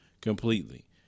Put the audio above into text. completely